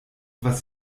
was